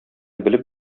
белеп